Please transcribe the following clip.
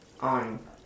on